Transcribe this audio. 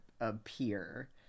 appear